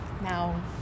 Now